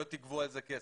לא תגבו על זה כסף.